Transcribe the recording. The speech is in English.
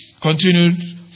Continued